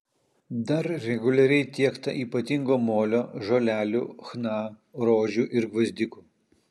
dar reguliariai tiekta ypatingo molio žolelių chna rožių ir gvazdikų